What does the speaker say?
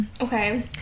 okay